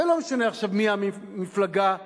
זה לא משנה עכשיו מי המפלגה המושלת.